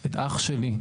את אח שלי,